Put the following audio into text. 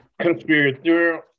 conspiracy